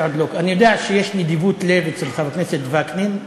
אני יודע שיש נדיבות לב אצל חבר הכנסת וקנין,